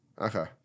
Okay